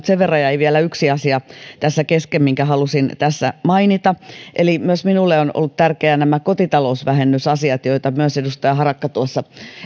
sen verran kun jäi vielä kesken yksi asia minkä halusin tässä mainita myös minulle ovat olleet tärkeitä nämä kotitalousvähennysasiat joita myös edustaja harakka tuossa